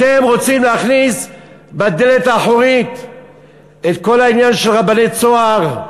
אתם רוצים להכניס בדלת האחורית את כל העניין של רבני "צהר",